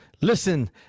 listen